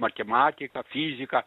matematiką fiziką